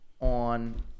on